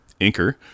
inker